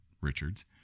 Richards